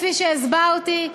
כפי שהסברתי,